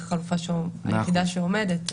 משרד התיירות מפעיל חמ"ל שפעיל בטלפון 7/24,